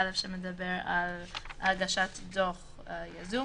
אנחנו מברכים על קיום הישיבה.